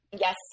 yes